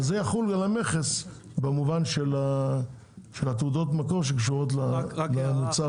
זה יחול על המכס במובן של תעודות המקור שקשורות למוצר הספציפי.